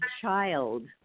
child